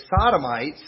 sodomites